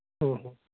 ᱦᱮᱸ ᱦᱮᱸ